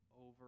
over